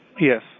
Yes